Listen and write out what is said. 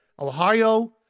Ohio